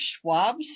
Schwab's